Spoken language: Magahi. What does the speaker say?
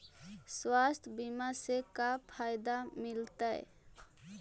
स्वास्थ्य बीमा से का फायदा मिलतै?